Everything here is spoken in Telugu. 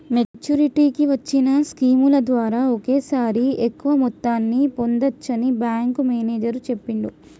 మెచ్చురిటీకి వచ్చిన స్కీముల ద్వారా ఒకేసారి ఎక్కువ మొత్తాన్ని పొందచ్చని బ్యేంకు మేనేజరు చెప్పిండు